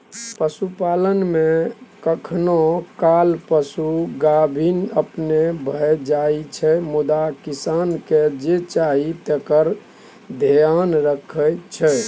पशुपालन मे कखनो काल पशु गाभिन अपने भए जाइ छै मुदा किसानकेँ जे चाही तकर धेआन रखै छै